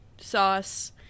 sauce